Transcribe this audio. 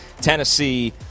Tennessee